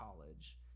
college